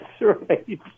right